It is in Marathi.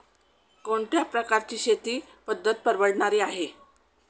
कोणत्या प्रकारची शेती पद्धत परवडणारी आहे?